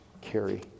carry